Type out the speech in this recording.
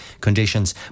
conditions